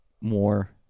more